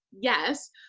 yes